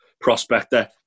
prospector